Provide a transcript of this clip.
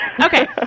Okay